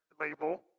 label